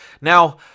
now